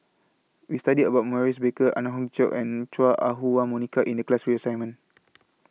We studied about Maurice Baker Ang Hiong Chiok and Chua Ah Huwa Monica in The class three assignment